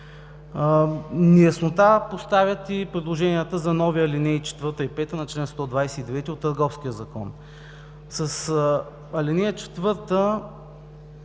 Неяснота оставят и предложенията за нови ал. 4 и 5 на чл. 129 от Търговския закон. С ал. 4